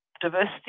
diversity